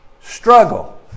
struggle